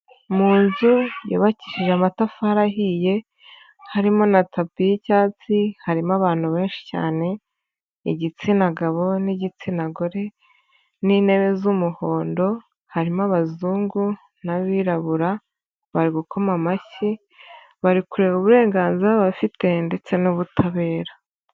Mu nzu yubakishije amatafari ahiye harimo na tapi y'icyatsi, harimo abantu benshi cyane igitsina gabo n'igitsina gore n'intebe z'umuhondo, harimo abazungu n'abirabura bari gukoma amashyi, bari kureba uburenganzira bafite ndetse n'ubutabera.